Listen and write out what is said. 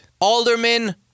Alderman